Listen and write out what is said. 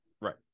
Right